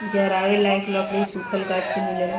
जरावे लायक लकड़ी सुखल गाछ से मिलेला